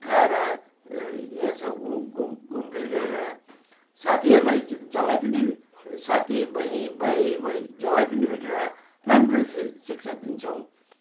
खाएर यसो घु घुम घुमफिर गरेर साथीहरूलाई जसलाई पनि साथी बैनी भाइ बै जसलाई पनि भेटेर राम्रो शि शिक्षा दिन्छौँ